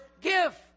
give